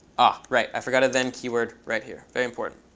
ah, right. i forgot a then keyword right here, very important.